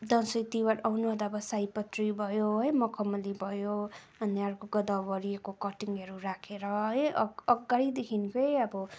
दसैँ तिहार आउनु आँट्दा अब सयपत्री भयो है मखमली भयो अनि अर्को गदावरीको कटिङ राखेर है अग अगाडिदेखिको अब